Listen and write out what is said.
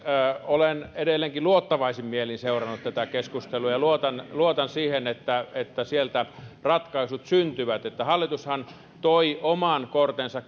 olen edelleenkin luottavaisin mielin seurannut tätä keskustelua ja luotan luotan siihen että että sieltä ratkaisut syntyvät hallitushan toi oman kortensa